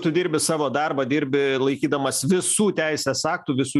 tu dirbi savo darbą dirbi laikydamas visų teisės aktų visų